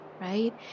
right